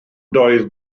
doedd